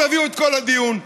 תביאו את כל הדיון,